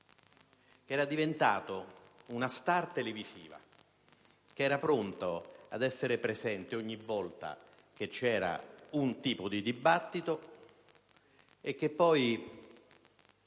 Era diventato una star televisiva, pronto ad essere presente ogni volta che c'era un certo tipo di dibattito e poi,